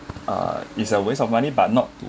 uh it's a waste of money but not